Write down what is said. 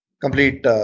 complete